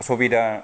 सुबिधा